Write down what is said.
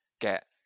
get